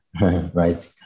right